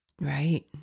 Right